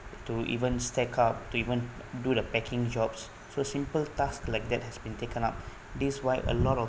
to even stepped up to even do the packing jobs so simple tasks like that has been taken up this why a lot of